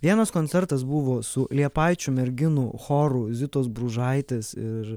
vienas koncertas buvo su liepaičių merginų choru zitos bružaitės ir